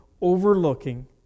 overlooking